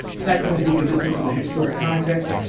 site plans give you a good sense of the historic context.